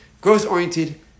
Growth-oriented